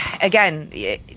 again